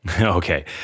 Okay